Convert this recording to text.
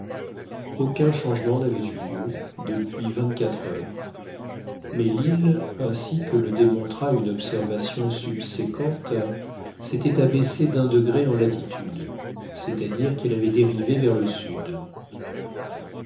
aucun changement n'avait eu lieu depuis vingt-quatre heures mais l'île ainsi que le démontra une observation subséquente s'était abaissée d'un degré en latitude c'est-à-dire qu'elle avait dérivé vers le sud